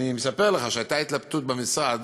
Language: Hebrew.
אני מספר לך שהייתה התלבטות במשרד